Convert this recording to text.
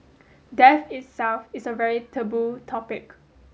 death itself is a very taboo topic